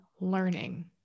learning